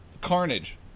Carnage